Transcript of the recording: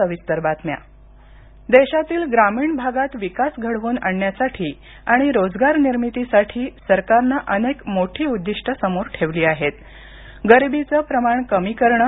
स्वातंत्र्य दिवस देशातील ग्रामीण भागात विकास घडवून आणण्यासाठी आणि रोजगार निर्मितीसाठी सरकारनं अनेक मोठी उद्दिष्ट समोर ठेवली आहेतगरिबीचं प्रमाण कमी करणं